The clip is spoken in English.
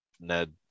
Ned